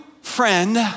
friend